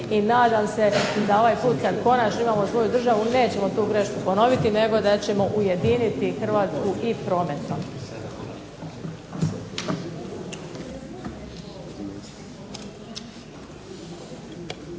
i nadam se da ovaj put kad konačno imamo svoju državu nećemo tu grešku ponoviti nego da ćemo ujediniti Hrvatsku i prometno.